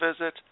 visit